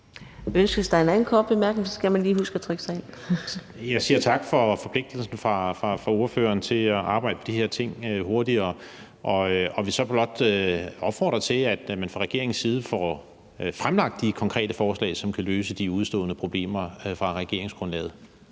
Ønskes der en anden korte bemærkning, skal man lige huske at trykke sig ind. Kl. 17:48 Christian Friis Bach (RV): Jeg siger tak for forpligtelsen fra ordførerens side til at arbejde med de her ting hurtigere. Og så vil vi blot opfordre til, at man fra regeringens side får fremlagt de konkrete forslag, som kan løse de udestående problemer fra regeringsgrundlaget.